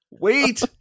Wait